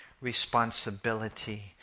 responsibility